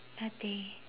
nothing